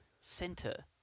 Center